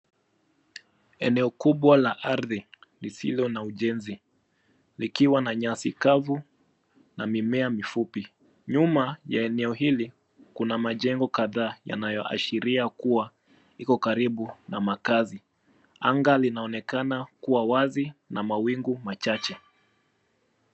Eneo kubwa la ardhi lisilo na ujenzi. Likiwa na nyasi kavu na mimea mifupi. Nyuma ya eneo hili kuna majengo kadhaa yanayoashiria kuwa liko karibu na makazi. Anga linaonekana kuwa wazi na mawingu machache.